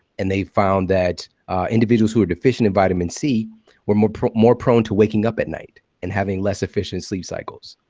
and they found that individuals who were deficient in vitamin c were more prone more prone to waking up at night and having less efficient sleep cycles,